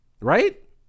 Right